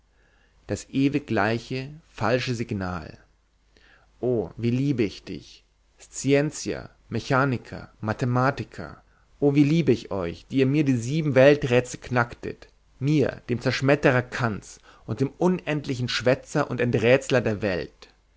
das ewig gleiche falsche signal oh wie liebe ich dich scientia mechanica mathematica oh wie liebe ich euch die ihr mir die sieben welträtsel knacktet mir dem zerschmetterer kants und dem unendlichen schwätzer und enträtseler der welt